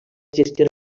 gestiona